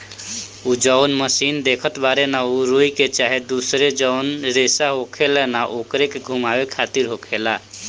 उ जौन मशीन देखत बाड़े न उ रुई के चाहे दुसर जौन रेसा होखेला न ओकरे के घुमावे खातिर होखेला